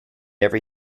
every